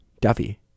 Duffy